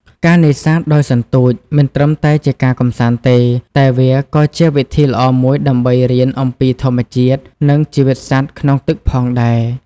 ការនេសាទដោយសន្ទូច មិនត្រឹមតែជាការកម្សាន្តទេ តែវាក៏ជាវិធីល្អមួយដើម្បីរៀនអំពីធម្មជាតិ និងជីវិតសត្វក្នុងទឹកផងដែរ។